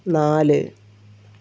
നാല്